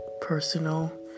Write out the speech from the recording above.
personal